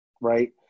right